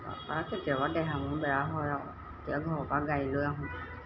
আৰু কেতিয়াবা দেহা মূৰ বেয়া হয় আৰু তেতিয়া ঘৰৰপৰা গাড়ী লৈ আহোঁ